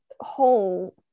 whole